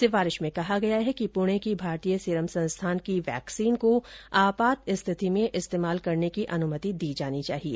सिफारिश में कहा गया है कि पूणे की भारतीय सीरम संस्थान की वैक्सीन को आपात स्थिति में इस्तेमाल करने की अनुमति दी जानी चाहिए